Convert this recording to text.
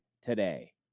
today